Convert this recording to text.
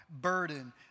burden